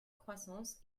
croissance